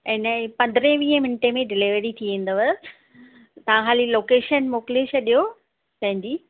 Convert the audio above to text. इन जी पंद्रहे वीह मिंट में डिलीवरी थी वेंदव तव्हां हाली लोकेशन मोकिले छॾियो पंहिंजी